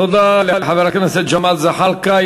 תודה לחבר הכנסת ג'מאל זחאלקה.